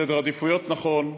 סדר עדיפויות נכון,